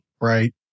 right